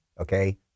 okay